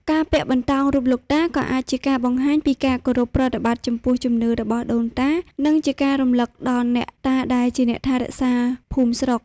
ការពាក់បន្តោងរូបលោកតា ក៏អាចជាការបង្ហាញពីការគោរពប្រតិបត្តិចំពោះជំនឿរបស់ដូនតា និងជាការរំឭកដល់អ្នកតាដែលជាអ្នកថែរក្សាភូមិស្រុក។